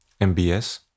MBS